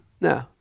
No